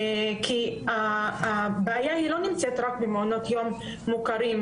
כי הבעיה לא נמצאת רק במעונות יום מוכרים,